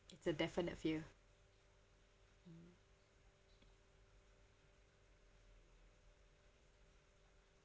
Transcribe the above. it's a definite fear hmm